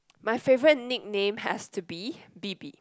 my favourite nickname has to be B_B